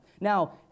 Now